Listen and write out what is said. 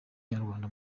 nyarwanda